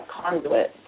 conduit